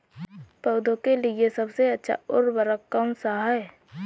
पौधों के लिए सबसे अच्छा उर्वरक कौनसा हैं?